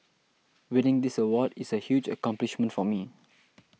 winning this award is a huge accomplishment for me